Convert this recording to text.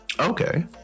okay